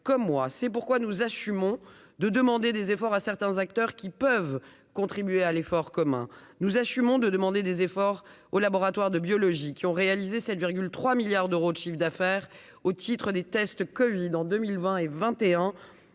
c'est pourquoi nous assumons de demander des efforts à certains acteurs qui peuvent contribuer à l'effort commun nous assumons de demander des efforts aux laboratoires de biologie qui ont réalisé cette 3 milliards d'euros de chiffre d'affaires au titre des tests Covid en 2020 et 21